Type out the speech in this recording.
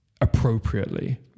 appropriately